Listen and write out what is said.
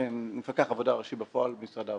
מפקח עבודה ראשי בפועל, משרד העבודה.